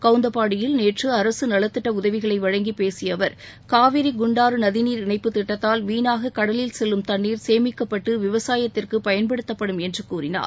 கவுந்தபாடியில் நேற்று அரசு நலத்திட்ட உதவிகளை வழங்கி பேசிய அவர் காவிரி குண்டாறு நதிநீர் இணைப்புத் திட்டத்தால் வீணாக கடலில் செல்லும் தண்ணீர் சேமிக்கப்பட்டு விவசாயத்திற்கு பயன்படுத்தப்படும் என்று கூறினார்